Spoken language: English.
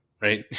right